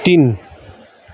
तिन